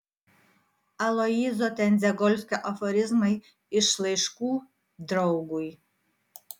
aloyzo tendzegolskio aforizmai iš laiškų draugui